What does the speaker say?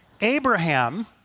Abraham